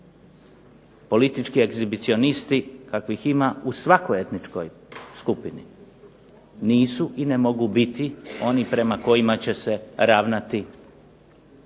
politički egzibicionisti kakvih ima u svakoj etničkoj skupini, nisu i ne mogu biti oni prema kojima će se ravnati